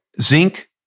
zinc